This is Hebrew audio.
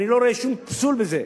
ואני לא רואה שום פסול בזה.